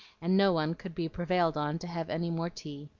and no one could be prevailed on to have any more tea.